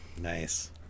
nice